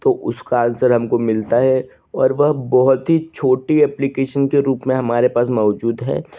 तो उसका आन्सर हमको मिलता है और वह बहुत ही छोटी ऐप्पलीकेशन के रूप में हमारे पास मौजूद है